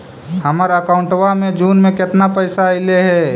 हमर अकाउँटवा मे जून में केतना पैसा अईले हे?